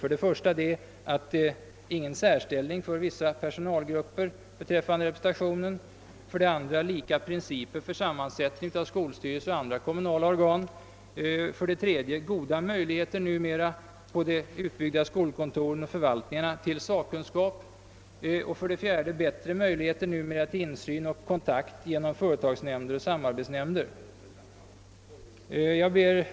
För det första skall det inte vara någon särställning för vissa personalgrupper beträffande representationen, för det andra bör det tillämpas samma principer för sammansättningen av skolstyrelsen som för andra kommunala organ, för det tredje finns goda möjligheter numera att på de utbyggda skolkontoren och förvaltningarna få tillgång till sakkunskap och för det fjärde föreligger det bättre möjligheter numera till översyn och kontakt genom företagsnämnder och samarbetsnämnder. Herr talman!